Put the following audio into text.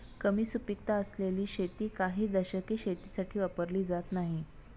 कमी सुपीकता असलेली शेती काही दशके शेतीसाठी वापरली जात नाहीत